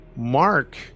Mark